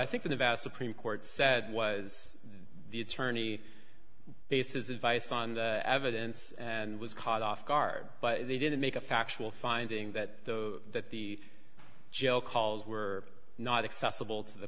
i think the vast supreme court said was the attorney based his advice on the evidence and was caught off guard but they didn't make a factual finding that that the jail calls were not accessible to the